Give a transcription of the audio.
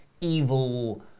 evil